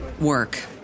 work